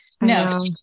No